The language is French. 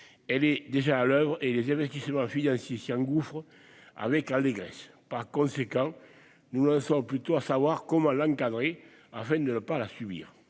Elle est déjà à l'oeuvre, et les investisseurs s'y engouffrent avec allégresse. Par conséquent, nous en sommes plutôt à savoir comment l'encadrer, afin de ne pas la subir.